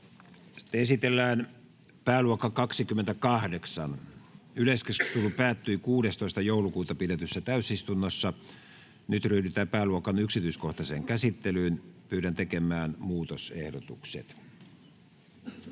Esitellään pääluokka 28. Yleiskeskustelu päättyi 16.12.2022 pidetyssä täysistunnossa. Nyt ryhdytään pääluokan yksityiskohtaiseen käsittelyyn. [Speech 11] Speaker: